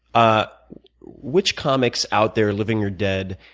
ah which comics out there living or dead,